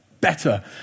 better